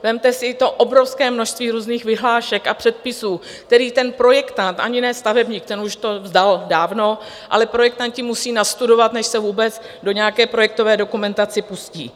Vezměte si to obrovské množství různých vyhlášek a předpisů, které ten projektant ani ne stavebník, ten už to vzdal dávno, ale projektant musí nastudovat, než se vůbec do nějaké projektové dokumentace pustí.